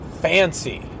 fancy